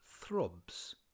throbs